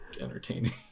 entertaining